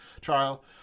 trial